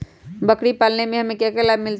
बकरी पालने से हमें क्या लाभ मिलता है?